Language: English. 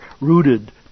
rooted